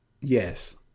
Yes